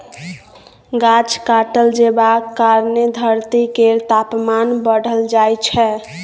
गाछ काटल जेबाक कारणेँ धरती केर तापमान बढ़ल जाइ छै